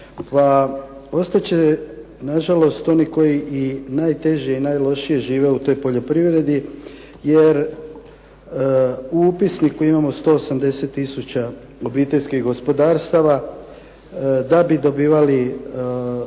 Ostat će nažalost oni koji i najteže i najlošije žive u toj poljoprivredi jer u upisniku imamo 180 tisuća obiteljskih gospodarstava. Da bi dobivali